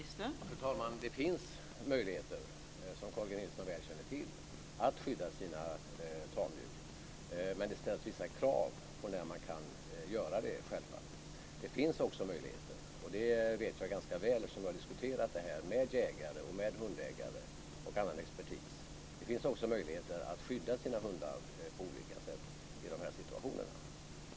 Fru talman! Det finns möjligheter, som Carl G Nilsson väl känner till, att skydda sina tamdjur. Men det ställs självfallet vissa krav på när man kan göra det. Det finns också möjligheter - det vet jag ganska väl, eftersom jag har diskuterat det här med jägare, hundägare och annan expertis - att skydda sina hundar på olika sätt i dessa situationer.